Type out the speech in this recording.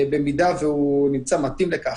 אם הוא נמצא מתאים לכך,